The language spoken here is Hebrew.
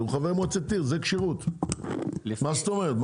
הוא חבר מועצת עיר, זה כשירות, מה זאת אומרת?